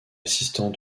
assistant